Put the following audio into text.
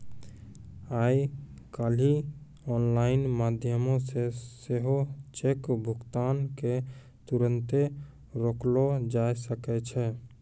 आइ काल्हि आनलाइन माध्यमो से सेहो चेक भुगतान के तुरन्ते रोकलो जाय सकै छै